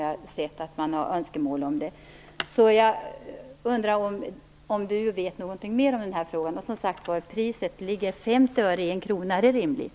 Jag undrar därför om Barbro Andersson vet någonting mer om det. Jag vill också gärna ha svar när det gäller priset - är 50 öre-1 krona rimligt?